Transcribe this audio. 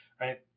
Right